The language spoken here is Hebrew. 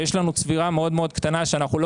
ויש לנו צבירה מאוד מאוד קטנה שאנחנו לא